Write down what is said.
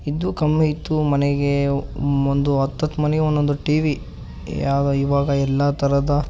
ಇದು ಕಮ್ಮಿಇತ್ತು ಮನೆಗೆ ಒಂದು ಹತ್ತತ್ತು ಮನೆಗೆ ಒಂದೊಂದು ಟಿ ವಿ ಇವ್ಯಾವ ಇವಾಗ ಎಲ್ಲ ಥರದ